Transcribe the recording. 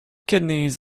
kidneys